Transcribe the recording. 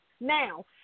Now